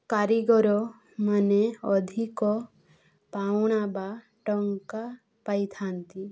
କାରିଗରମାନେ ଅଧିକ ପାଉଣା ବା ଟଙ୍କା ପାଇଥାନ୍ତି